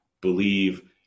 believe